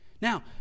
Now